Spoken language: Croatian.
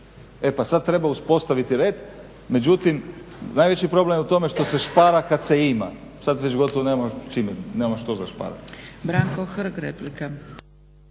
E pa sada treba uspostaviti red, međutim najveći problem je u tome što se špara kada se ima. Sada već gotovo nemamo što zašparati.